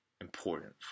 important